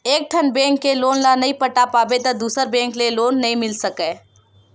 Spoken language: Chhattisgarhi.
एकठन बेंक के लोन ल नइ पटा पाबे त दूसर बेंक ले लोन नइ मिल सकय